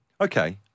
Okay